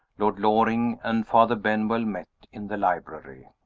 lord loring and father benwell met in the library.